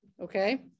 Okay